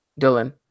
Dylan